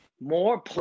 More